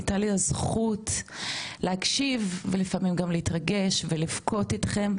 הייתה לי הזכות להקשיב ולפעמים גם להתרגש ולבכות איתכם,